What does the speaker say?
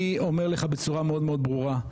אני אומר לך בצורה מאוד מאוד ברורה,